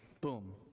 boom